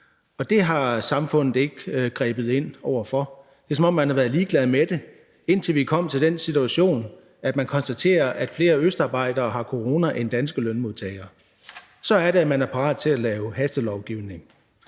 det har samfundet ikke grebet ind over for. Det er, som om man har været ligeglad med dem – indtil vi kom til den situation, at man konstaterer, at flere østarbejdere har corona end danske lønmodtagere. Så er det, at man er parat til at lave hastelovgivning.